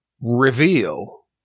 Reveal